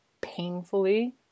painfully